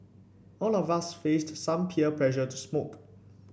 all of us faced some peer pressure to smoke